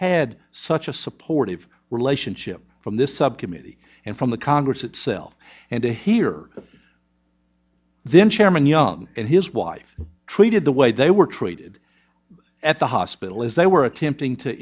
had such a supportive relationship from this subcommittee and from the congress itself and to hear then chairman young and his wife treated the way they were treated at the hospital as they were attempting to